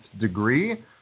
degree